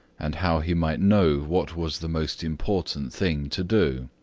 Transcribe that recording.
and how he might know what was the most important thing to do.